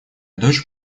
дочь